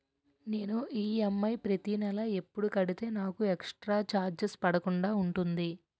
నేను ఈ.ఎం.ఐ ప్రతి నెల ఎపుడు కడితే నాకు ఎక్స్ స్త్ర చార్జెస్ పడకుండా ఉంటుంది?